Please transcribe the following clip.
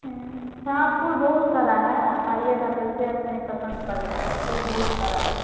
हाँ फूल बहुत सारा है आप आइएगा तो उसे अपने पसंद पड़ जाएगा फूल बहुत सारा है